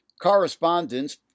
correspondence